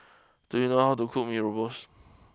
do you know how to cook Mee Rebus